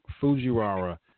Fujiwara